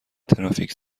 ترافیک